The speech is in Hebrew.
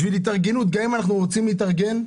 גם אם אנחנו רוצים להתארגן,